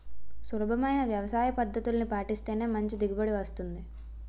సులభమైన వ్యవసాయపద్దతుల్ని పాటిస్తేనే మంచి దిగుబడి వస్తుంది